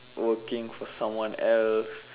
working for someone else